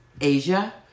Asia